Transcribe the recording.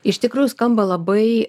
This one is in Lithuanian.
iš tikrųjų skamba labai